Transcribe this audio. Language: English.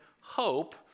hope